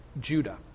Judah